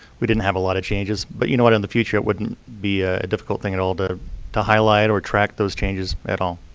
we didn't have a lot of changes. but you know what, in the future, it wouldn't be a difficult thing at all to to highlight or track those changes at all.